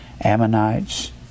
Ammonites